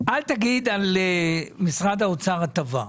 אל תגיד על משרד האוצר: "הטבה".